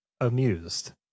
amused